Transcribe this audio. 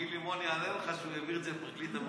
גיל לימון יענה לך שהוא העביר את זה לפרקליט המדינה.